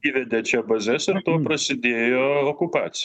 įvedė čia bazes ir tuom prasidėjo okupacija